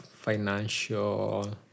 financial